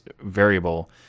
variable